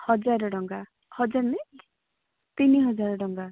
ହଜାର ଟଙ୍କା ହଜାର ନାଇଁ ତିନି ହଜାର ଟଙ୍କା